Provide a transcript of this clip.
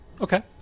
Okay